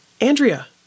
Andrea